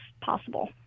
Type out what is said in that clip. possible